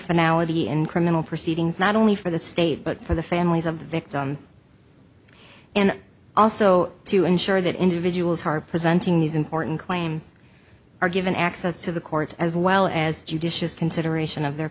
finale and criminal proceedings not only for the state but for the families of the victims and also to ensure that individuals who are presenting these important claims are given access to the courts as well as judicious consideration of their